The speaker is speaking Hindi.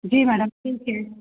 जी मैडम ठीक है